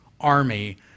army